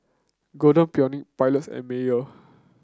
Golden Peony Pilots and Mayer